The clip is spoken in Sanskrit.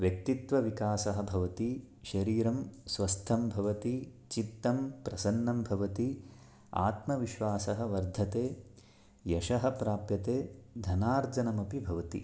व्यक्तित्वविकासः भवति शरीरं स्वस्थं भवति चित्तं प्रसन्नं भवति आत्मविश्वासः वर्धते यशः प्राप्यते धनार्जनमपि भवति